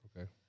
Okay